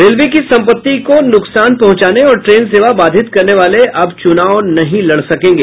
railway की संपत्ति को नुकसान पहुंचाने और ट्रेन सेवा बाधित करने वाले अब चुनाव नहीं लड़ सकेंगे